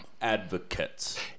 advocates